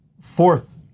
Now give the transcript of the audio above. Fourth